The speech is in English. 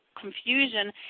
confusion